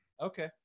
Okay